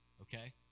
Okay